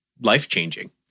life-changing